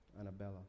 Annabella